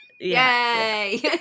Yay